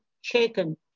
shaken